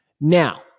Now